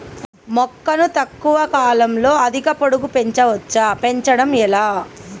మొక్కను తక్కువ కాలంలో అధిక పొడుగు పెంచవచ్చా పెంచడం ఎలా?